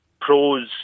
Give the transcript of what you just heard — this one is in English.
pros